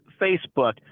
Facebook